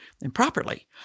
improperly